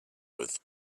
with